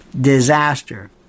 disaster